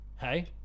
Hey